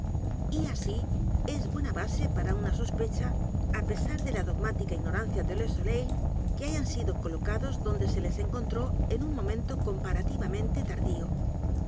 y así es buena base para una sospecha á pesar de la dogmática ignorancia de le soleil que hayan sido colocados donde se les encontró en un momento comparativamente tardío